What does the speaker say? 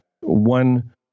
one